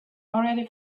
already